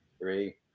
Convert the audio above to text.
three